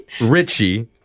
Richie